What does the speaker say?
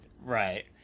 Right